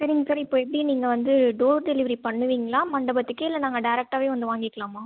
சரிங்க சார் இப்போ எப்படி நீங்கள் வந்து டோர் டெலிவரி பண்ணுவிங்ளா மண்டபத்துக்கு இல்லை நாங்கள் டேரெக்ட்டாகவே வந்து வாங்கிக்கலாமா